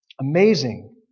Amazing